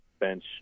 bench